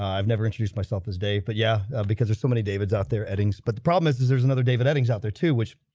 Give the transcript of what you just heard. i've never introduced myself as dave, but yeah, because there's so many david's out there, eddings but the problem is, there's another david eddings out there too, which